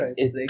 right